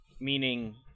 Meaning